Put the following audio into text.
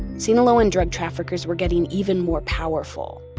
sinaloan drug traffickers were getting even more powerful,